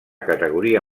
categoria